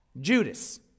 Judas